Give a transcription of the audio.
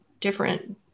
different